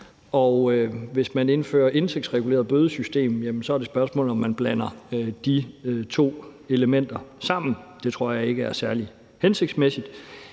og hvis man indfører et indtægtsreguleret bødesystem, er det spørgsmålet, om man blander de to elementer sammen. Det tror jeg ikke er særlig hensigtsmæssigt.